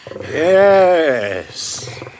Yes